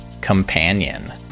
companion